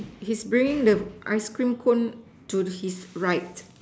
he's bringing the ice cream cone to his right